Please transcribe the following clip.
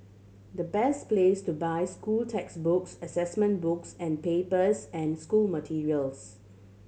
the best place to buy school textbooks assessment books and papers and school materials